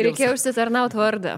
reikėjo užsitarnaut vardą